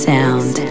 Sound